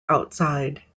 outside